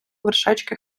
вершечки